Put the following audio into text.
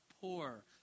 poor